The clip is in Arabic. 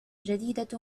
جديدة